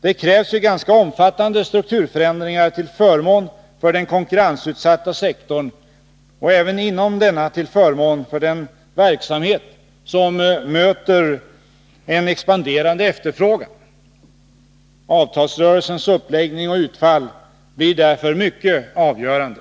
Det krävs ju ganska omfattande strukturförändringar till förmån för den konkurrensutsatta sektorn, och även inom denna till förmån för den verksamhet som möter en expanderande efterfrågan. Avtalsrörelsens uppläggning och utfall blir därför i hög grad avgörande.